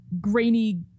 grainy